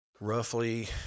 roughly